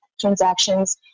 transactions